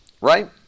right